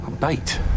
Bait